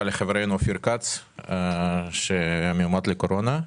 לחברנו אופיר כץ שנמצא מאומת לקורונה.